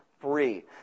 free